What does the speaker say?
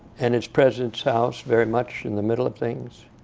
and its president's house, very much in the middle of things